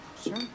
Sure